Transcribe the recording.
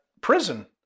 prison